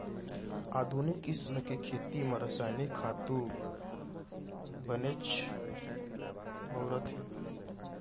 आधुनिक किसम के खेती म रसायनिक खातू बनेच बउरत हें